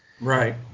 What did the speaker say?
Right